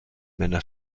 männer